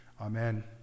Amen